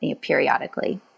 periodically